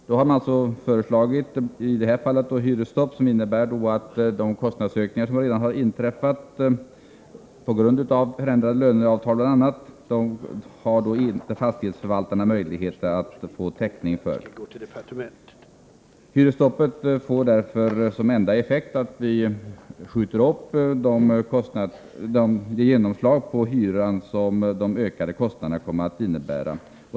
Man har alltså föreslagit hyresstopp, som innebär att fastighetsförvaltarna inte har möjlighet att få täckning för de kostnadsökningar som redan inträffat på grund av de nya löneavtalen och annat. Hyresstoppet får därför som enda effekt att vi skjuter upp det genomslag på hyran som de ökade kostnaderna kommer att innebära.